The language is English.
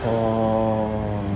orh